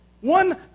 One